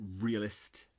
realist